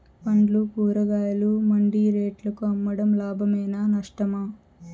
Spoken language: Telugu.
పండ్లు కూరగాయలు మండి రేట్లకు అమ్మడం లాభమేనా నష్టమా?